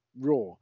Raw